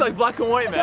like block away, man.